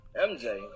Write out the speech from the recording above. MJ